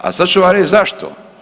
A sad ću vam reći zašto.